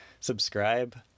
subscribe